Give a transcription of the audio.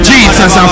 Jesus